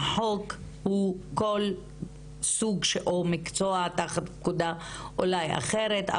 החוק הוא כל סוג או מקצוע תחת פקודה אולי אחרת,